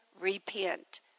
repent